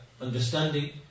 understanding